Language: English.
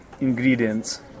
ingredients